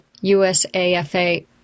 USAFA